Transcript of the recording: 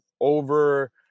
over